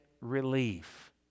relief